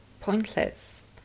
pointless